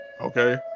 Okay